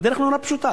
הדרך נורא פשוטה.